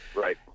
Right